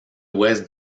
ouest